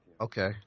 okay